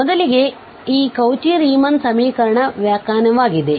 ಮೊದಲಿಗೆ ಇದು Cauchy Riemann ಸಮೀಕರಣದ ವ್ಯಾಖ್ಯಾನವಾಗಿದೆ